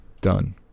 Done